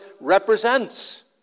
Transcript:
represents